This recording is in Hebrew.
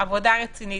עבודה רצינית.